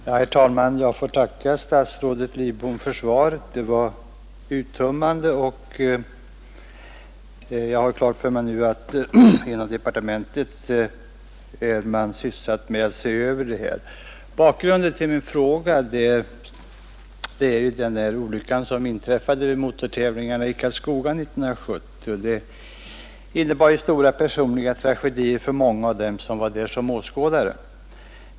Herr talman! Jag får tacka statsrådet Lidbom för svaret. Det var uttömmande. Jag har klart för mig nu att inom departementet är man sysselsatt med att se över frågan. Bakgrunden till min interpellation är olyckan som inträffade vid motortävlingarna i Karlskoga 1970. Den innebar stora personliga tragedier för många av dem som var där som åskådare.